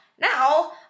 Now